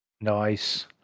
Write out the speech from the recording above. Nice